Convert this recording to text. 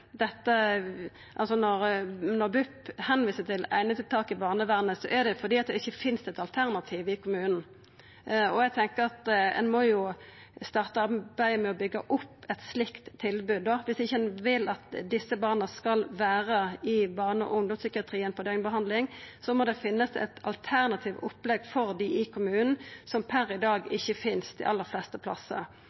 at da må ein jo starta arbeidet med å byggja opp eit slikt tilbod. Viss ein ikkje vil at desse barna skal vera i barne- og ungdomspsykiatrien på døgnbehandling, må det finnast eit alternativt opplegg for dei i kommunen, som per i dag ikkje finst dei aller fleste plassar.